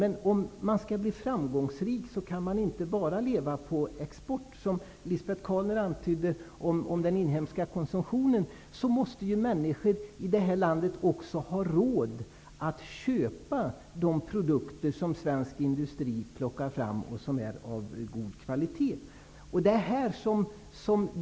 Men om man skall bli framgångsrik kan man inte bara leva på export, som Lisbet Calner antydde om den inhemska konsumtionen. Människorna i det här landet måste också ha råd att köpa de produkter som svensk industri plockar fram och som är av god kvalitet.